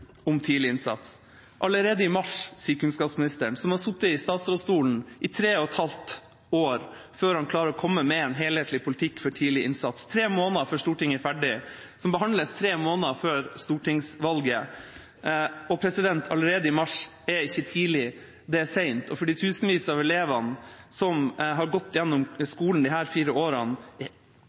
om tidlig innsats. «Allerede i mars», sier kunnskapsministeren, som har sittet i statsrådsstolen i tre og et halvt år før han klarer å komme med en helhetlig politikk for tidlig innsats, tre måneder før Stortinget er ferdig, og som behandles tre måneder før stortingsvalget. «Allerede i mars» er ikke tidlig – det er sent. Og for de tusenvis av elever som har gått gjennom skolen disse fire årene, er